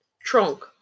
trunk